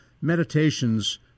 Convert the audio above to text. Meditation's